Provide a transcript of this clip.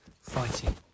fighting